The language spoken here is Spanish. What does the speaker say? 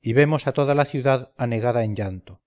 y vemos a toda la ciudad anegada en llanto